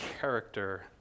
character